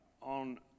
on